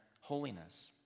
holiness